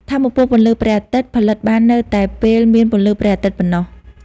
ថាមពលពន្លឺព្រះអាទិត្យផលិតបានតែនៅពេលមានពន្លឺព្រះអាទិត្យប៉ុណ្ណោះ។